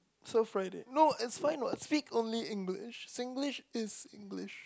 so Friday no it's fine what speak only English Singlish is English